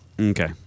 Okay